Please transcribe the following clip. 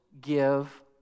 give